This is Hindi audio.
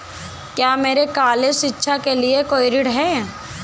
क्या मेरे कॉलेज शिक्षा के लिए कोई ऋण है?